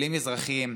כלים אזרחיים,